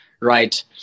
Right